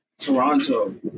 Toronto